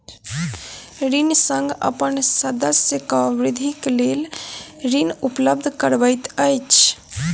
ऋण संघ अपन सदस्यक वृद्धिक लेल ऋण उपलब्ध करबैत अछि